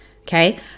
okay